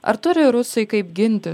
ar turi rusai kaip gintis